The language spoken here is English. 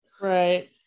Right